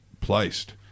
placed